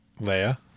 Leia